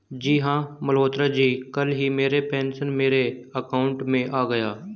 जी हां मल्होत्रा जी कल ही मेरे पेंशन मेरे अकाउंट में आ गए